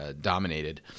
dominated